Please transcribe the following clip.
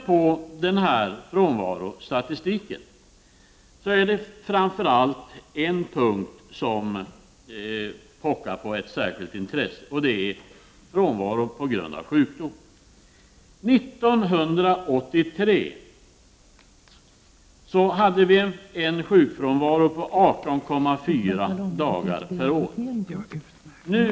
I den här frånvarostatistiken pockar framför allt en punkt på särskilt intresse, nämligen frånvaron på grund av sjukdom. År 1983 var sjukfrånvaron 18,4 dagar per år och anställd.